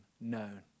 known